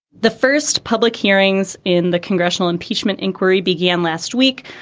the first public hearings in the congressional impeachment inquiry began last week,